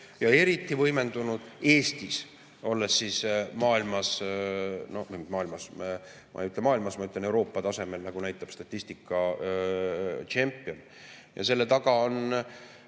ja eriti võimendunud Eestis. Me oleme maailmas või no ma ei ütle maailmas, ma ütlen Euroopa tasemel, nagu näitab statistika, tšempion. Ja selle taga on